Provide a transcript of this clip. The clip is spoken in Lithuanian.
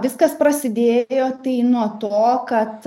viskas prasidėjo tai nuo to kad